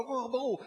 זה לא כל כך ברור.